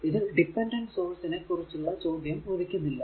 ഇതിൽ dependent source നെ കുറിച്ചുള്ള ചോദ്യം ഉദിക്കുന്നില്ല